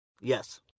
Yes